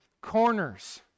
corners